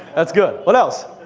that's good. what else?